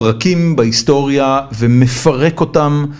פרקים בהיסטוריה, ומפרק אותם...